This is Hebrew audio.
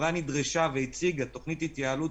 החברה נדרשה והציגה תכנית התייעלות